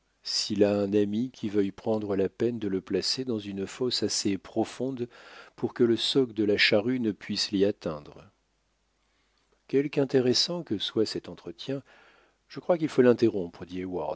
a un ami qui veuille prendre la peine de le placer dans une fosse assez profonde pour que le soc de la charrue ne puisse l'y atteindre quelque intéressant que soit cet entretien je crois qu'il faut l'interrompre